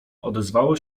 odezwało